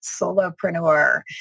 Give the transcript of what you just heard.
solopreneur